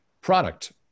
product